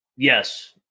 Yes